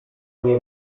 nie